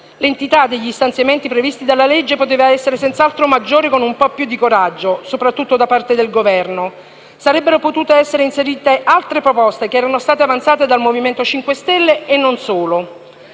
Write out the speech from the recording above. L'entità degli stanziamenti previsti nel provvedimento poteva essere senz'altro maggiore, con un po' più di coraggio soprattutto da parte del Governo. Avrebbero potuto essere inserite altre proposte che erano state avanzate dal Movimento 5 Stelle e non solo.